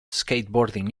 skateboarding